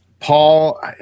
Paul